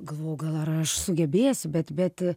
galvojau gal ar aš sugebėsiu bet bet